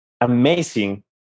amazing